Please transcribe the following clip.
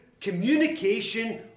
communication